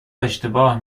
اشتباه